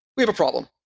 we have a problem.